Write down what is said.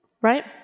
right